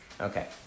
Okay